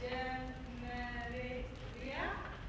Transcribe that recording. yeah yeah